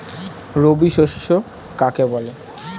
রবি শস্য কাকে বলে?